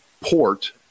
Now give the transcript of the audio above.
port